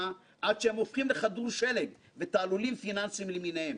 עד שהם הופכים לכדור שלג ותעלולים פיננסיים למיניהם.